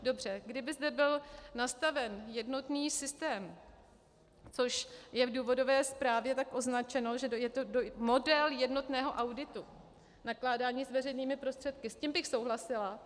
Dobře, kdyby zde byl nastaven jednotný systém, což je v důvodové zprávě tak označeno, že je to model jednotného auditu nakládání s veřejnými prostředky, s tím bych souhlasila.